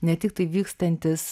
ne tiktai vykstantis